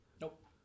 Nope